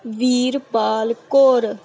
Veerpal Kaur